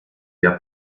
der